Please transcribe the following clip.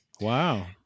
Wow